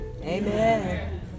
Amen